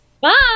Bye